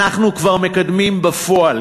אנחנו כבר מקדמים בפועל,